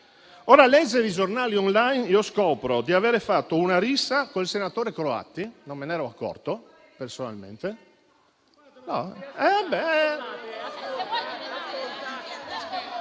a leggere i giornali *on line*, io scopro di avere fatto una rissa col senatore Croatti: non me ne ero accorto, personalmente*.